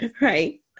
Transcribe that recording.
right